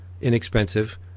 inexpensive